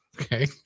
Okay